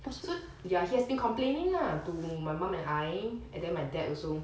so ya he has been complaining lah to my mum and I and then my dad also